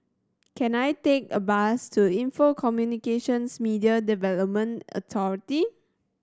can I take a bus to Info Communications Media Development Authority